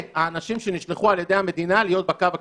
והם אנשים שנשלחו על ידי המדינה להיות בקו הקדמי.